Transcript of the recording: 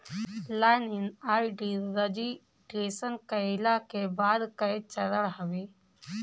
log in ID registration कईला के बाद कअ चरण हवे